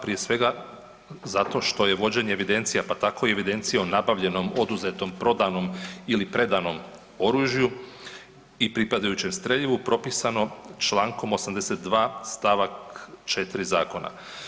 Prije svega zato što je vođenje evidencija, pa tako i evidencije o nabavljenom, oduzetom, prodanom ili predanom oružju i pripadajućem streljivu propisano čl. 82. st. 4. zakona.